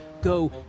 go